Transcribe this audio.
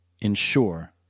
ensure